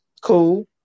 cool